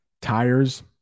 tires